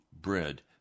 bread